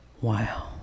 Wow